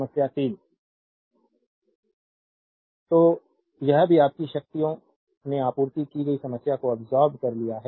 संदर्भ slide time 3308 देखें तो यह भी आपकी शक्तियों ने आपूर्ति की गई समस्या को अब्सोर्बेद कर लिया है